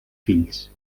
fills